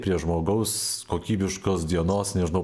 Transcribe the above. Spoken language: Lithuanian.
prie žmogaus kokybiškos dienos nežinau